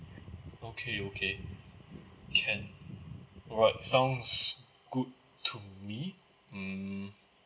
okay okay can alright sounds good to me mm